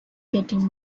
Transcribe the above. getting